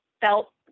felt